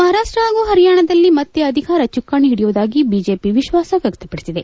ಮಹಾರಾಷ್ಟ ಹಾಗೂ ಪರಿಯಾಣದಲ್ಲಿ ಮತ್ತೆ ಅಧಿಕಾರ ಚುಕ್ಕಾಣೆ ಹಿಡಿಯುವುದಾಗಿ ಬಿಜೆಪಿ ವಿಶ್ವಾಸ ವ್ಯಕ್ತಪಡಿಸಿದೆ